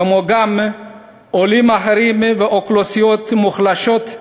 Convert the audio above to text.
כמו גם עולים אחרים ואוכלוסיות מוחלשות,